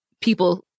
people